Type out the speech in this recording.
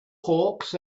hawks